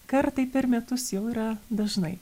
kartai per metus jau yra dažnai